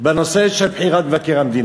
בנושא של בחירת מבקר המדינה?